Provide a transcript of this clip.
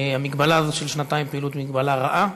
המגבלה הזאת של שנתיים פעילות היא מגבלה רעה,